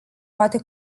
poate